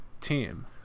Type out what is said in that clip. team